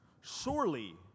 Surely